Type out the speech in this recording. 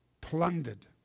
plundered